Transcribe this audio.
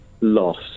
Loss